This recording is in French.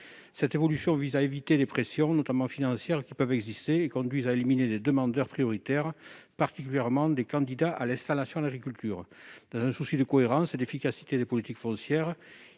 Cette évolution vise à éviter les pressions, notamment financières, qui peuvent exister et qui conduisent à éliminer des demandeurs prioritaires, particulièrement des candidats à l'installation en agriculture. Dans un souci de cohérence et d'efficacité des politiques foncières,